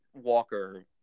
Walker